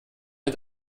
mit